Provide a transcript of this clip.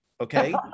Okay